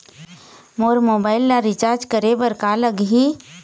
मोर mobile ला recharge करे बर का लगही?